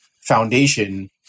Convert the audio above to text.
foundation